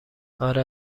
اره